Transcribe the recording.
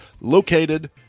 located